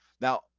Now